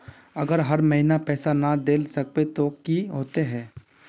अगर हर महीने पैसा ना देल सकबे ते की होते है?